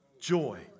joy